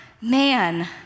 man